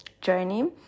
journey